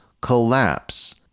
collapse